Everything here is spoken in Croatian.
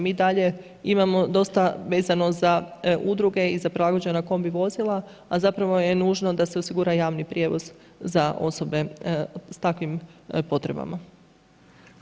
Mi i dalje imamo dosta vezano za udruge i za prilagođena kombi vozila a zapravo je nužno da se osigura javni prijevoz za osobe sa takvim potrebama.